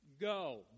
Go